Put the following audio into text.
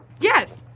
Yes